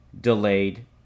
delayed